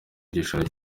igishoro